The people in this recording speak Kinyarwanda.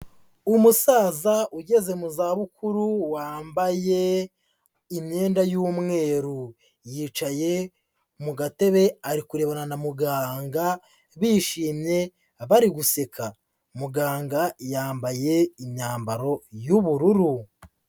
Umusaza ugeze mu zabukuru wambaye imyenda y'umweru, yicaye mu gatebe ari kurerebana na muganga bishimye bari guseka. Muganga yambaye imyambaro y'ubururu.